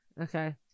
Okay